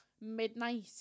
midnight